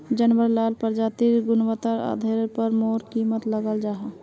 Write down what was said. जानवार लार प्रजातिर गुन्वात्तार आधारेर पोर वहार कीमत लगाल जाहा